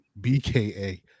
BKA